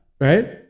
right